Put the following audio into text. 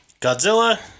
Godzilla